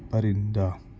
پرندہ